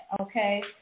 okay